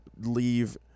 leave